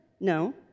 No